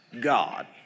God